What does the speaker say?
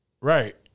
right